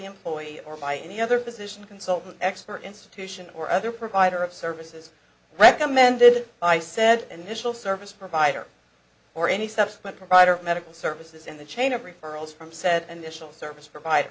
employee or by any other position consult an expert institution or other provider of services recommended i said initial service provider or any subsequent provider of medical services in the chain of referrals from said and initial service provider